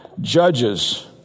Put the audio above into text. Judges